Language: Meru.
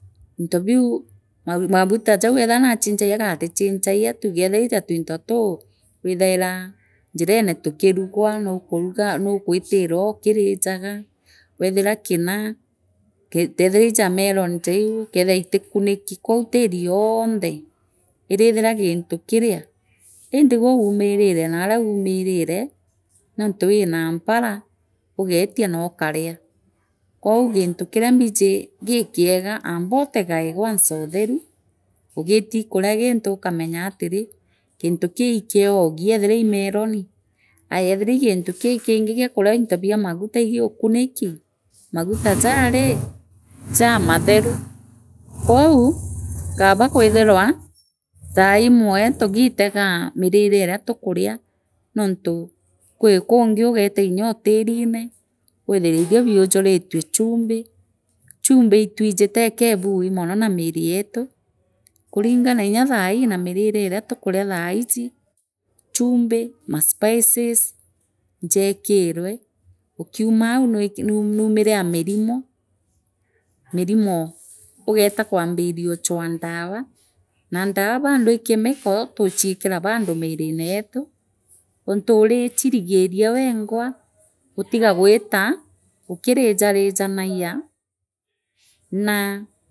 Into biu maguta jau kethia naachichagia kaa atichinchagia tugee tethira itaa ntuinto tuu withaira njirene tukirugwa nukuruga nugwitiroo ukirijaga wethira kina kethira iijaa melon jaa iu ukeethira itikuniki kou tiiri yoonyhe iriithira gintu kiria indi gwo uumirire naria uumirire nontu wina mpara ugeetia nookaria kou gintu kina mbiji gikiaga ambootekae kwanza utheru ugieta ikuria gintu ukamenya atiri gintu kii ikiogi ethira ii melon aa ehtira ii gintu kikingi giakuria into bia maguta ibiukuniki maguta jaari ijamatheru? Kwou kaba kwithirwa thaaimwe tugiteegaa mirire iria tukuria nontu gwi kungi ugeeta nyotiriro withine irio biujuritue chumbi chumbi itwiji tekeebui mono na miiri yeetu kurinana nya thaii na mirire aria tukuria thaiji chumbi maspias ijeekirwe ukiumau nwi na numire aa mirimo mirimo ugeetaa kwambiria ochwaa ndawa na ndawa bado ii chemical tu tuchikira bando miirine yetu untu uriichirigiria wengwa gutiga gwita ukirijanjaragia naa.